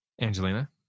Angelina